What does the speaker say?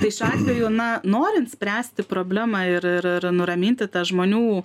tai šiuo atveju na norint spręsti problemą ir ir ir nuraminti tą žmonių